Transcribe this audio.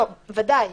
ודאי.